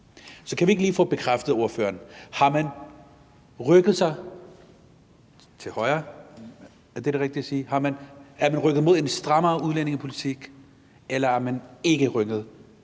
Så kan vi ikke lige få klargjort af ordføreren: Har man rykket sig til højre? Er det det rigtige at sige? Er man rykket mod en strammere udlændingepolitik, eller er man ikke rykket